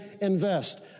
invest